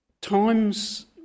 times